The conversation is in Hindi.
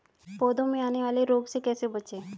पौधों में आने वाले रोग से कैसे बचें?